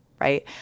right